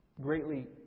greatly